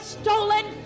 stolen